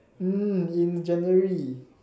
mm in January